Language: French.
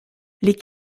les